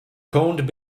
corned